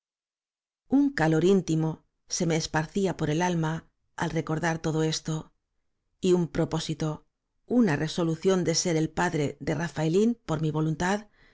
un calor íntimo se me esparcía por el alma al recordar todo esto y un propósito una resolución de ser el padre de rafaelín por mi voluntad